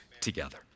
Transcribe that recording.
together